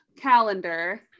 calendar